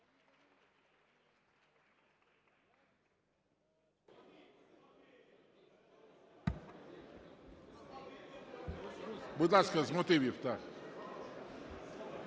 Будь ласка, з мотивів.